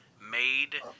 made